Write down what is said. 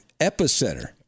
epicenter